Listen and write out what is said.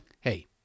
hey